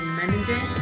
manager